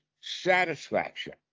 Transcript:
satisfaction